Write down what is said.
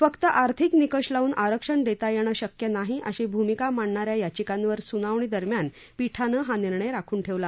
फक्त आर्थिक निकष लावून आरक्षण देता येणं शक्य नाही अशी भूमिका मांडणा या याचिकावर सुनावणी दरम्यान पीठानं हा निर्णय राखून ठेवला